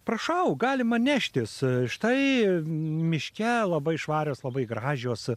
prašau galima neštis štai miške labai švarios labai gražios